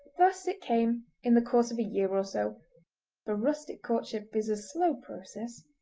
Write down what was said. thus it came, in the course of a year or so, for rustic courtship is a slow process,